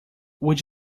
would